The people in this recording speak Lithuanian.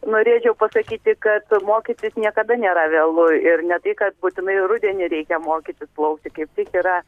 norėčiau pasakyti kad mokytis niekada nėra vėlu ir ne tai kad būtinai rudenį reikia mokytis plaukti kaip tik yra